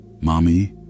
Mommy